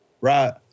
right